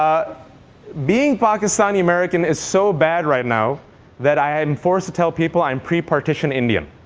being pakistani-american is so bad right now that i'm forced to tell people i'm pre-partition indian.